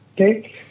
Okay